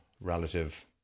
relative